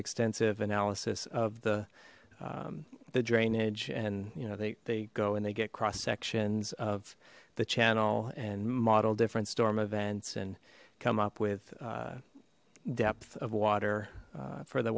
extensive analysis of the the drainage and you know they go and they get cross sections of the channel and model different storm events and come up with depth of water for the